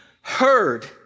heard